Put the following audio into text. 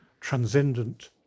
transcendent